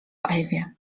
ewie